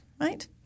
right